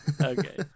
okay